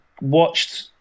watched